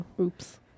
Oops